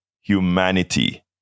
humanity